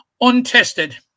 Untested